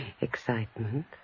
Excitement